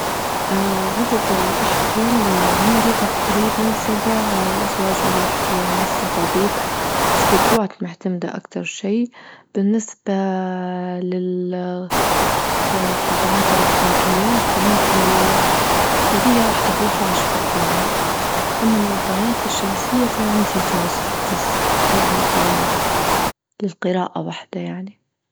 اه عدد الأحذية اللي عندي تقريبا سبع أزواج من الأحذية يعني الصبابيط سبتروات معتمدة أكتر شي بالنسبة للقبعات أو الطاجيات عندي طجية واحدة في الحوش بس يعني، أما النظارات الشمسية فعندي زوج بس زوج نظارات للقراءة واحدة يعني.